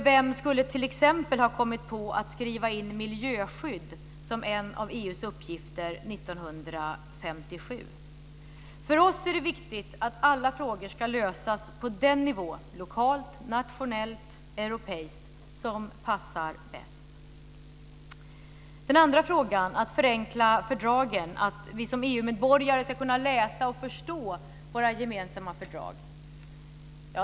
Vem skulle t.ex. ha kommit på att skriva in miljöskydd som en av EU:s uppgifter 1957? För oss är det viktigt att alla frågor ska lösas på den nivå - lokalt, nationellt, europeiskt - som passar bäst. Den andra frågan handlar om att förenkla fördragen, om att vi som EU-medborgare ska kunna läsa och förstå våra gemensamma fördrag.